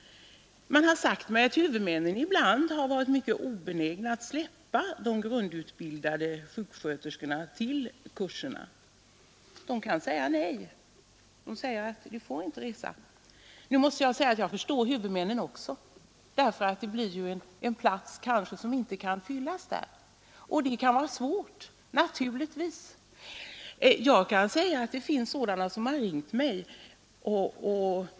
Man har sagt mig att huvudmännen ibland varit mycket obenägna att släppa de grundutbildade sjuksköterskorna till kurserna. De kan säga nej. Jag förstår huvudmännen också; det uppstår ju en vakans, som kanske inte kan fyllas, och det är naturligtvis svårt.